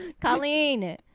Colleen